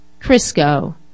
Crisco